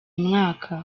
mwaka